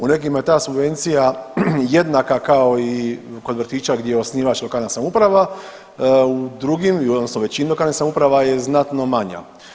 U nekima je ta subvencija jednaka kao i kod vrtića gdje je osnivač lokalna samouprava u drugim odnosno većini lokalnih samouprava je znatno manja.